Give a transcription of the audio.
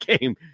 game